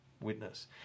witness